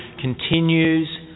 continues